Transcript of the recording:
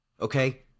Okay